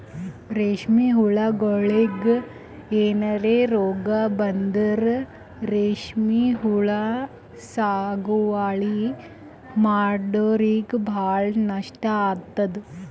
ರೇಶ್ಮಿ ಹುಳಗೋಳಿಗ್ ಏನರೆ ರೋಗ್ ಬಂದ್ರ ರೇಶ್ಮಿ ಹುಳ ಸಾಗುವಳಿ ಮಾಡೋರಿಗ ಭಾಳ್ ನಷ್ಟ್ ಆತದ್